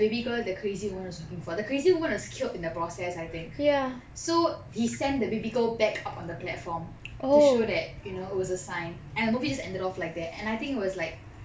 the baby girl the crazy woman was looking for the crazy woman was killed in the process I think so he sent the baby girl back up on the platform to show that you know it was a sign and the movie just eneded off like that and I think it was like